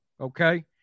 Okay